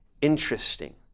interesting